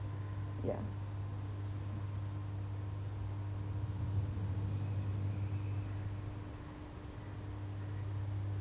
ya